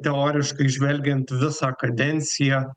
teoriškai žvelgiant visą kadenciją